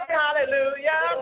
hallelujah